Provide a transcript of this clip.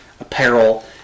apparel